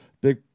big